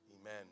Amen